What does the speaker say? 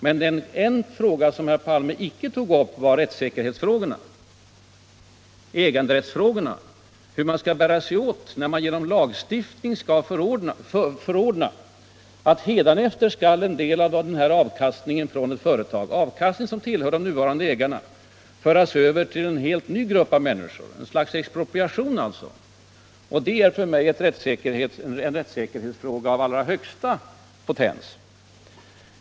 Men en sak som herr Palme icke tog upp var rättssäkerhetsfrågorna och äganderättsfrågorna, dvs. hur man skall bära sig åt när man genom lagstiftning skall förordna att hädanefter skall en del av avkastningen från ett företag — den avkastning som tillhör de nuvarande ägarna — föras över till en helt ny grupp av människor, dvs. någon slags expropriation. Det är för mig en rättssäkerhetsfråga av allra högsta potens.